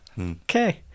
Okay